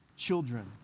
children